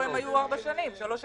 איפה הם היו במשך שלוש שנים?